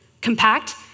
compact